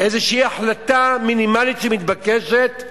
איזושהי החלטה מינימלית שמתבקשת,